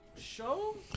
Show